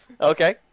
Okay